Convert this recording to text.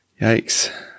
Yikes